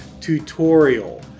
tutorial